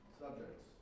Subjects